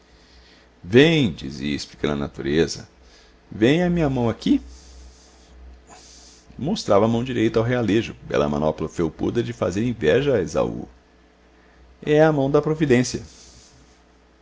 dizia explicando a natureza vêem a minha mão aqui mostrava a mão direita ao realejo bela manopla felpuda de fazer inveja a esaú é a mão da providência